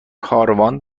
کاروان